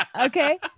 Okay